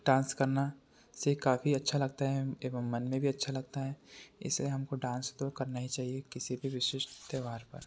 dance करना से काफ़ी अच्छा लगता हैं एवम मन में भी अच्छा लगता है ऐसे हमको डांस तो करना ही चाहिए किसी भी विशिष्ट त्योहार पर